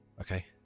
okay